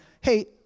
hey